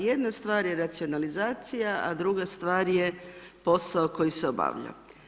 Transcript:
Jedna stvar je racionalizacija, a druga stvar je posao koji se obavlja.